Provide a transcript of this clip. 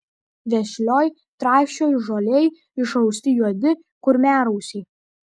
vešlioj trąšioj žolėj išrausti juodi kurmiarausiai